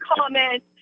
comment